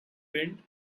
wind